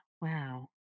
Wow